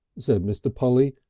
said mr. polly,